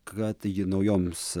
kad ji naujoms